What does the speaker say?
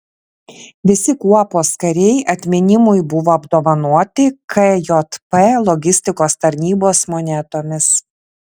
visi kuopos kariai atminimui buvo apdovanoti kjp logistikos tarnybos monetomis